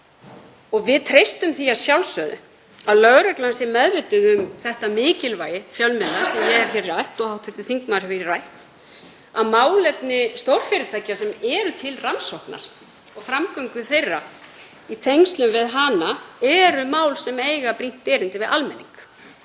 Við treystum því að sjálfsögðu að lögreglan sé meðvituð um mikilvægi fjölmiðla sem ég hef hér rætt og hv. þingmaður hefur rætt og að málefni stórfyrirtækja sem eru til rannsóknar og framgöngu þeirra í tengslum við hana eru mál sem eiga brýnt erindi við almenning.